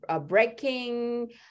breaking